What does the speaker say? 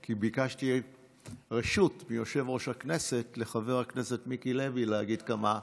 כי ביקשתי רשות מיושב-ראש הכנסת שחבר הכנסת מיקי לוי יגיד כמה דברים.